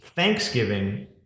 Thanksgiving